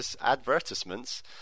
advertisements